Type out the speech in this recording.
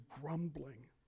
grumbling